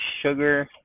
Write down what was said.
sugar